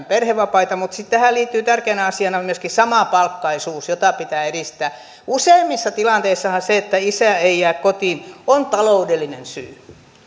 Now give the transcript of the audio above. perhevapaita sitten tähän liittyy tärkeänä asiana myöskin samapalkkaisuus jota pitää edistää useimmissa tilanteissahan siihen että isä ei jää kotiin on taloudellinen syy